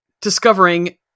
discovering